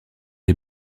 est